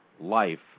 life